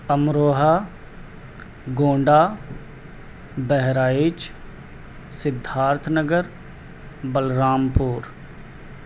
امروہہ گونڈہ بہرائچ سدھارتھ نگر بلرام پور